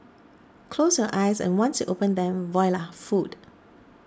close your eyes and once you open them voila food